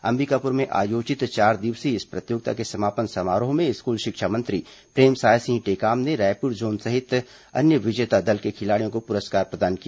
अंबिकापुर में आयोजित चार दिवसीय इस प्रतियोगिता के समापन समारोह में स्कूल शिक्षा मंत्री प्रेमसाय सिंह टेकाम ने रायपुर जोन सहित अन्य विजेता दल के खिलाड़ियों को पुरस्कार प्रदान किया